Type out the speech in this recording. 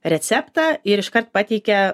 receptą ir iškart pateikia